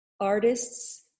artists